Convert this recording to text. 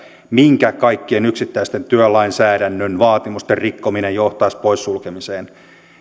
minkä kaikkien yksittäisten työlainsäädännön vaatimusten rikkominen johtaisi poissulkemiseen